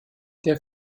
der